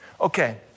Okay